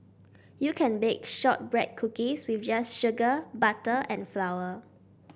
you can bake shortbread cookies with just sugar butter and flour